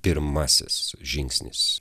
pirmasis žingsnis